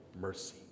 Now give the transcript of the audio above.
mercy